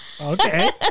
Okay